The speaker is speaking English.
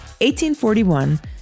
1841